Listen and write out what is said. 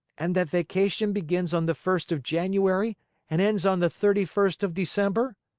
and that vacation begins on the first of january and ends on the thirty-first of december?